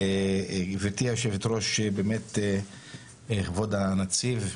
גבירתי היו"ר באמת כבוד הנציב,